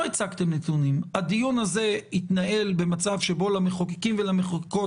הדיון הזה התנהל במצב שבו למחוקקים ולמחוקקות